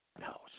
No